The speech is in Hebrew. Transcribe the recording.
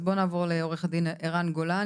אז בואו נעבור לעורך הדין ערן גולן,